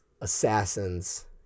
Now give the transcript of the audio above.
assassins